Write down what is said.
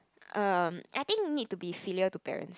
um I think need to be filial to parents